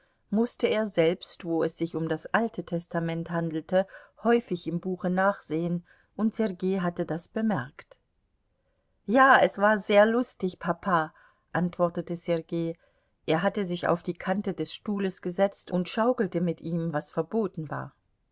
mußte er selbst wo es sich um das alte testament handelte häufig im buche nachsehen und sergei hatte das bemerkt ja es war sehr lustig papa antwortete sergei er hatte sich auf die kante des stuhles gesetzt und schaukelte mit ihm was verboten war